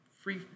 free